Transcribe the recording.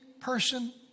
person